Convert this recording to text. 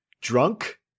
Drunk